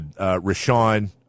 Rashawn